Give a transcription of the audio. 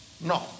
No